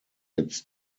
its